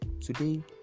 Today